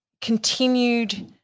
continued